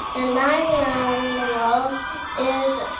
and my wow in the world is